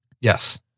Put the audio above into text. Yes